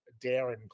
Darren